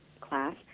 class